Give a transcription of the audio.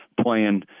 playing